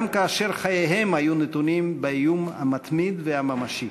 גם כאשר חייהם היו נתונים באיום מתמיד וממשי.